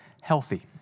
healthy